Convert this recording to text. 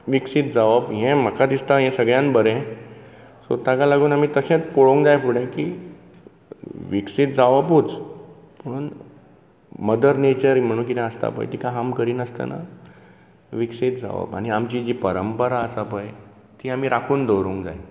विकसीत जावप हें म्हाका दिसता हे सगळ्यांत बरें सो ताका लागून आमी तशेंच पळोवंक जाय फुडें की विकसीत जावपूच पूण मदर नेचर म्हूण कितें आसता पळय तिका हार्म करिनासतना विकसीत जावप आनी आमची जी परंपरा आसा पळय ती आमी राखून दवरूंक जाय